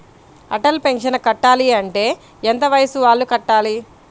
Atal pension కట్టాలి అంటే ఎంత వయసు వాళ్ళు కట్టాలి?